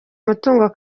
mutungo